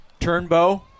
Turnbow